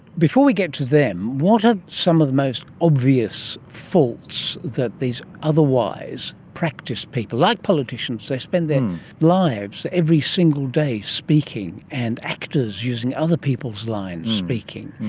before we get to them, what are some of the most obvious faults that these otherwise practised people, like politicians, they spend their lives every single day speaking, and actors using other people's lines speaking,